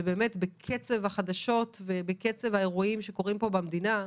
ובקצב החדשות ובקצב האירועים שקורים פה במדינה,